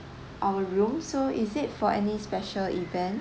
our room so is it for any special event